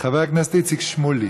חבר הכנסת איציק שמולי,